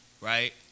right